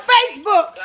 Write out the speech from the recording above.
Facebook